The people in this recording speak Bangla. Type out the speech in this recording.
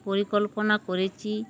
পরিকল্পনা করেছি